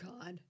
God